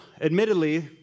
admittedly